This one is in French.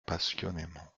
passionnément